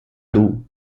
dół